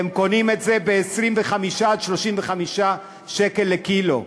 אתם קונים ב-25 35 שקל לקילו.